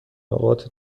نقاط